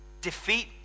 defeat